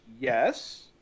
Yes